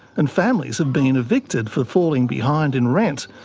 and families have been evicted for falling behind in rent,